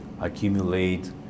accumulate